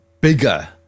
bigger